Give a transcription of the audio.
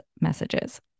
messages